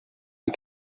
you